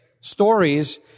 stories